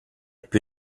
più